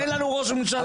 אין לנו ראש ממשלה.